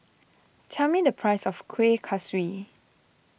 tell me the price of Kuih Kaswi